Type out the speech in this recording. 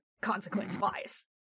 consequence-wise